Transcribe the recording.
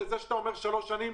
זה שאתה אומר שלוש שנים,